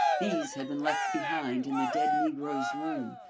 these had been left behind in the dead negro's room,